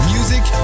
Music